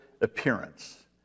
appearance